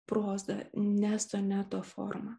proza ne soneto forma